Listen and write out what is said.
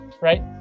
right